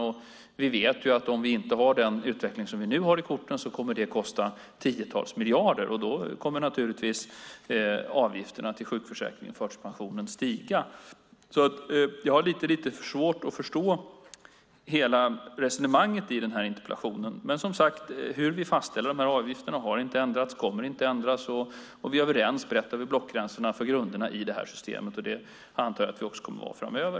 Och vi vet ju att om vi inte har den utveckling som vi nu har i korten kommer det att kosta tiotals miljarder, och då kommer naturligtvis avgifterna till sjukförsäkringen och förtidspensionen att stiga. Jag har lite svårt att förstå hela resonemanget i den här interpellationen. Men, som sagt, hur vi fastställer de här avgifterna har inte ändrats och kommer inte att ändras. Vi är överens brett över blockgränsen om grunderna i detta system, och det antar jag att vi också kommer att vara framöver.